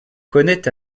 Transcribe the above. connaît